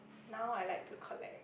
now I like to collect